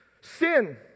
Sin